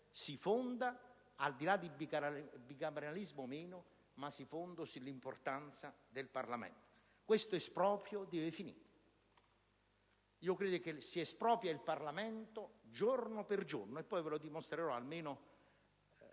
al di là del bicameralismo o meno, si fonda sull'importanza del Parlamento. Questo esproprio deve finire. Si espropria il Parlamento giorno per giorno e ve lo dimostrerò, almeno